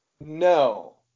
No